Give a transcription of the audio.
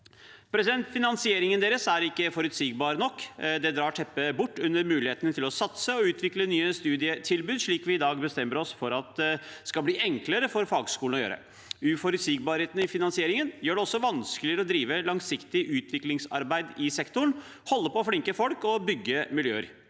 Finansieringen deres er ikke forutsigbar nok. Det drar teppet bort under mulighetene til å satse og utvikle nye studietilbud, slik vi i dag bestemmer oss for at det skal bli enklere for fagskolene å gjøre. Uforutsigbarheten i finansieringen gjør det også vanskeligere å drive langsiktig utviklingsarbeid i sektoren, holde på flinke folk og bygge miljøer.